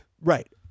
Right